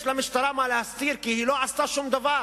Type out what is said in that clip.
יש למשטרה מה להסתיר כי היא לא עשתה שום דבר